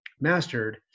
mastered